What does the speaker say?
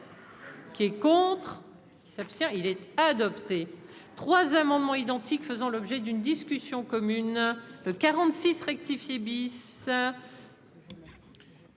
Qui est contre qui s'abstient-il être adopté. 3 amendements identiques faisant l'objet d'une discussion commune 46 rectif.